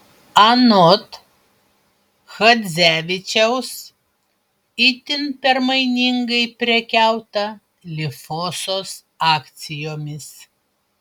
anot chadzevičiaus itin permainingai prekiauta lifosos akcijomis